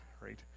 right